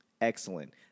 excellent